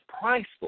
priceless